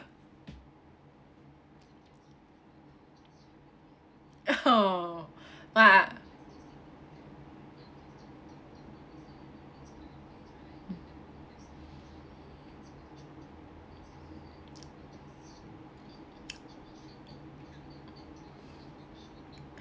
oh ah